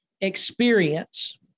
experience